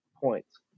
points